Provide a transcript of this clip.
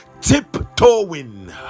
tiptoeing